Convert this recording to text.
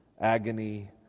agony